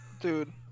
Dude